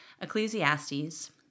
Ecclesiastes